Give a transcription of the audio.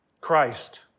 Christ